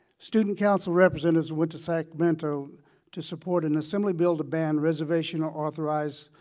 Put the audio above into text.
student council representatives went to sacramento to support an assembly bill to ban reservational authorized